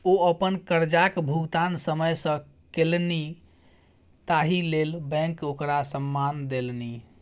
ओ अपन करजाक भुगतान समय सँ केलनि ताहि लेल बैंक ओकरा सम्मान देलनि